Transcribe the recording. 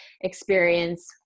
experience